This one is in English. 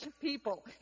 people